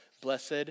Blessed